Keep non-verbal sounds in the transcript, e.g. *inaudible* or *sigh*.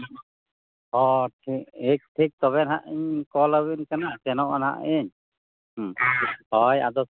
ᱦᱮᱸ *unintelligible* ᱮᱠ ᱴᱷᱤᱠ ᱛᱚᱵᱮ ᱱᱟᱦᱟᱜᱤᱧ ᱠᱚᱞᱟᱵᱤᱱ ᱠᱟᱱᱟ ᱥᱮᱱᱚᱜᱼᱟ ᱱᱟᱦᱟᱜᱤᱧ *unintelligible* ᱦᱚᱭ ᱟᱫᱚ